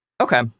Okay